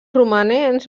romanents